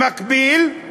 במקביל היא